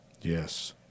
Yes